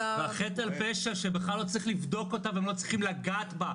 וזה חטא על פשע שבכלל עוד צריך לבדוק אותה והם לא צריכים לגעת בה,